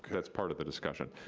okay. it's part of the discussion,